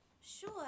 Sure